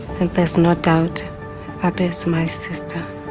and there's no doubt abii is my sister,